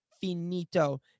finito